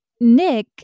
Nick